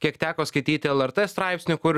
kiek teko skaityt lrt straipsnių kur